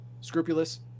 scrupulous